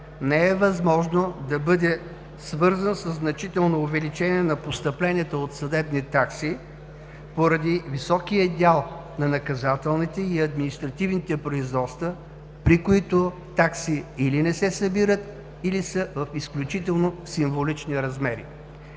не е възможно да бъде свързан със значително увеличение на постъпленията от съдебни такси поради високия дял на наказателните и административните производства, при които такси или не се събират, или са в изключително символични размери.